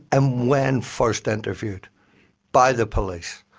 and when first interviewed by the police,